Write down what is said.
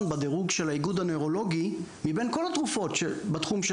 בדירוג של האיגוד הנוירולוגי מבין כל התרופות בתחום של